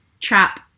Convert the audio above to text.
trap